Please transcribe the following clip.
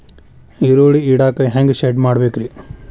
ಈರುಳ್ಳಿ ಇಡಾಕ ಹ್ಯಾಂಗ ಶೆಡ್ ಮಾಡಬೇಕ್ರೇ?